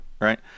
right